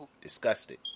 disgusted